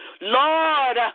Lord